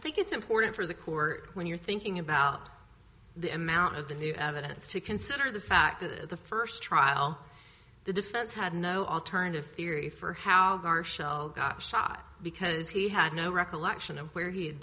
i think it's important for the court when you're thinking about the amount of the new evidence to consider the fact that the first trial the defense had no alternative theory for how our shell got shot because he had no recollection of where he